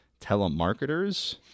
Telemarketers